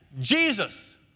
Jesus